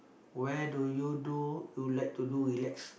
where do you do you like to do relax